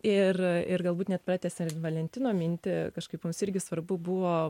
ir ir galbūt net pratęsiant valentino mintį kažkaip mums irgi svarbu buvo